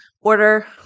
order